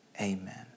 Amen